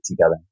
together